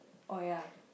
oh ya